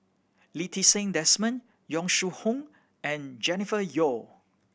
Lee Ti Seng Desmond Yong Shu Hoong and Jennifer Yeo